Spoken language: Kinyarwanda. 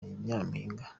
nyampinga